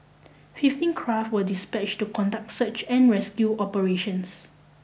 fifteen craft were dispatched to conduct search and rescue operations